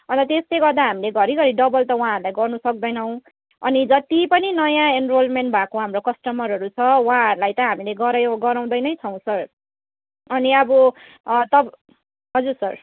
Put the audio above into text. अन्त त्यसले गर्दा हामीले घरी घरी डबल त उहाँहरूलाई गर्न सक्दैनौँ अनि जति पनि नयाँ एनरोलमेन्ट भएको हाम्रो कस्टमरहरू छ उहाँहरूलाई त हामीले गऱ्यौँ गराउँदै नै छौँ सर अनि अब तप हजुर सर